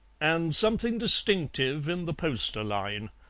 and something distinctive in the poster line.